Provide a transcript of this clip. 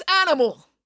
animal